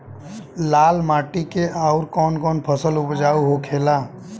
लाल माटी मे आउर कौन कौन फसल उपजाऊ होखे ला?